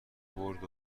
برد